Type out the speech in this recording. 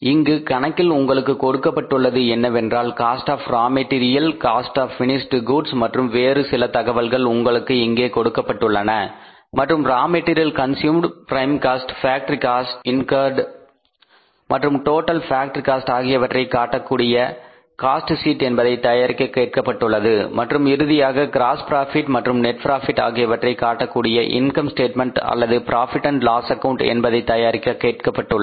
இங்கு கணக்கில் உங்களுக்கு கொடுக்கப்பட்டுள்ளது என்னவென்றால் cost of raw material WIP cost of finished goods மற்றும் வேறு சில தகவல்கள் உங்களுக்கு இங்கே கொடுக்கப்பட்டுள்ளன மற்றும் raw material consumed prime cost factory cost incurred மற்றும் டோட்டல் ஃபேக்டரி காஸ்ட் ஆகியவற்றை காட்டக்கூடிய காஸ்ட் ஷீட் என்பதை தயாரிக்க கேட்கப்பட்டுள்ளது மற்றும் இறுதியாக கிராஸ் ப்ராபிட் மற்றும் நெட் ப்ராபிட் ஆகியவற்றை காட்டக்கூடிய இன்கம் ஸ்டேட்மெண்ட் அல்லது profit and loss account Profit Loss Account என்பதை தயாரிக்க கேட்கப்பட்டுள்ளது